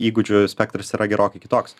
įgūdžių spektras yra gerokai kitoks